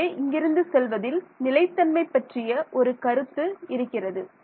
எனவே இங்கிருந்துசெல்வதில் நிலைத்தன்மை பற்றிய ஒரு கருத்து இருக்கிறது